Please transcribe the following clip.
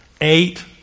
Eight